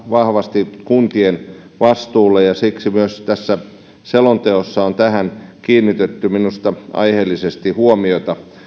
vahvasti kuntien vastuulle ja siksi myös tässä selonteossa on tähän kiinnitetty minusta aiheellisesti huomiota